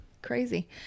crazy